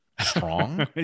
strong